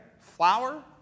Flour